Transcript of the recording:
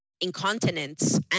incontinence